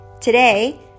Today